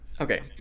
okay